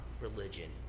religion